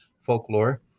folklore